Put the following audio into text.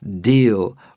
deal